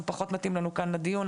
זה פחות מתאים לנו כאן לדיון.